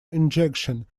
injection